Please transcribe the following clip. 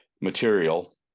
material